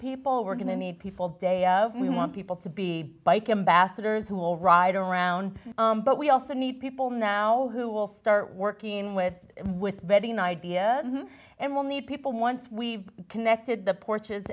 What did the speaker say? people we're going to need people day of we want people to be bike ambassadors who will ride around but we also need people now who will start working with with vetting an idea and we'll need people once we've connected the porches